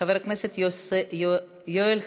חבר הכנסת יואל חסון,